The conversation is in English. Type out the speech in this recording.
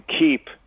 keep